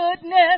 goodness